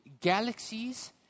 galaxies